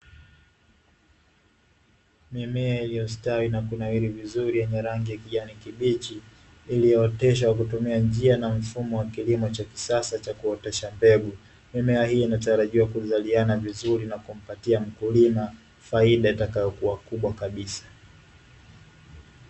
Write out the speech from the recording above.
Mimea iliyostawi na kunawiri vizuri nyenye rangi ya kijani kibichi, iliyooteshwa kwakutumia njia na mfumo wa kilimo cha kisasa cha kuotesha mbegu. Mimea hiyo inatarajiwa kuzaliana vizuri na kumpatia mkulima faida itakayokua kubwa kabisa.